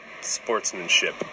sportsmanship